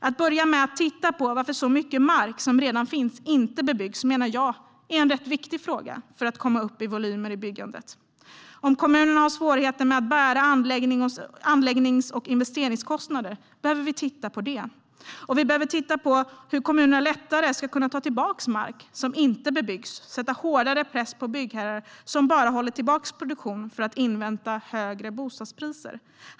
Att börja med att titta på varför så mycket mark som redan finns inte bebyggs menar jag är en viktig fråga för att komma upp i volymer i byggandet. Om kommunerna har svårigheter med att bära anläggnings och investeringskostnader behöver vi titta på det. Vi behöver också titta på hur kommunerna lättare ska kunna ta tillbaka mark som inte bebyggs och sätta hårdare press på byggherrar som håller tillbaka produktionen enbart för att invänta högre bostadspriser.